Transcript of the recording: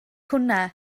hwnna